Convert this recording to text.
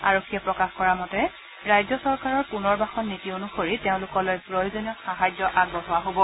আৰক্ষীয়ে প্ৰকাশ কৰাৰ বাবে ৰাজ্য চৰকাৰৰ পুনৰ্বাসন নীতি অনুসৰি তেওঁলোকলৈ প্ৰয়োজনীয় সাহায্য আগবঢ়োৱা হ'ব